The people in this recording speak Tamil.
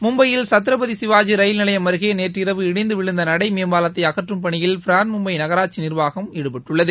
மும்பையில் சத்ரபதி சிவாஜி ரயில் நிலையம் அருகே நேற்றிரவு இடிந்து விழுந்த நடை மேம்பாலத்தை அகற்றும் பணியில் பிரான்மும்பை நகராட்சி நிர்வாகம் ஈடுபட்டுள்ளது